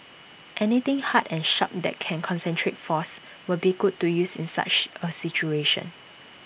anything hard and sharp that can concentrate force would be good to use in such A situation